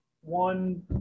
one